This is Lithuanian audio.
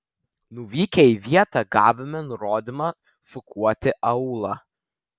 nuvykę į vietą gavome nurodymą šukuoti aūlą